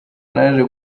naje